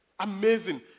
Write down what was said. Amazing